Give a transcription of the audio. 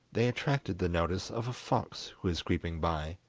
they attracted the notice of a fox who was creeping by.